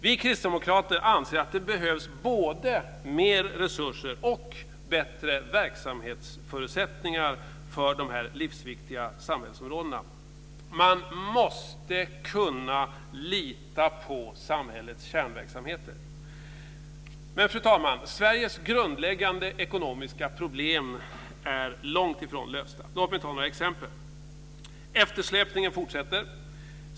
Vi kristdemokrater anser att det behövs både mer resurser och bättre verksamhetsförutsättningar för dessa livsviktiga samhällsområden. Man måste kunna lita på samhällets kärnverksamheter. Fru talman! Sveriges grundläggande ekonomiska problem är långt ifrån lösta. Låt mig ta några exempel. Eftersläpningen fortsätter.